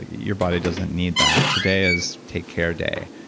your body doesn't need that. today is take care day.